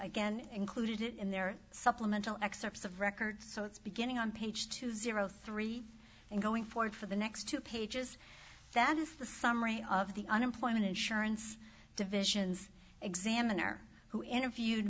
again and clued in there supplemental excerpts of record so it's beginning on page two zero three and going forward for the next two pages that is the summary of the unemployment insurance divisions examiner who interviewed